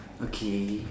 okay